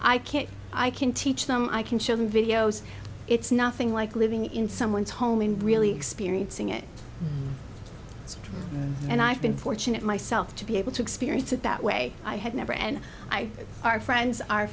i can't i can teach them i can show them videos it's nothing like living in someone's home in really experiencing it and i've been fortunate myself to be able to experience it that way i had never and i our friends